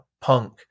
punk